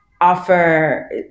offer